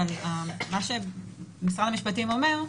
אבל מה שמשרד המשפטים אומר,